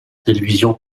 télévision